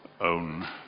own